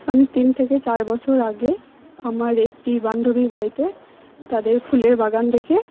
আমি তিন থেকে চার বছর আগে আমার একটি বান্ধবীর বাড়িতে তাদের ফুলের বাগান দেখে